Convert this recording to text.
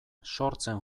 sortzen